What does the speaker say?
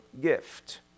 gift